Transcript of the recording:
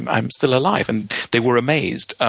i'm still alive. and they were amazed. ah